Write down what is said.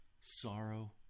sorrow